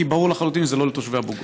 כי ברור לחלוטין שזה לא לתושבי אבו גוש.